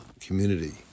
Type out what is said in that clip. community